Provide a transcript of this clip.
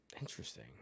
Interesting